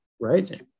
right